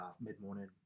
mid-morning